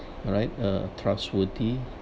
alright uh trustworthy